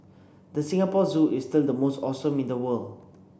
the Singapore Zoo is still the most awesome in the world